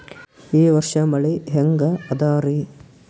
ಈ ವರ್ಷ ಮಳಿ ಹೆಂಗ ಅದಾರಿ?